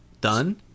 done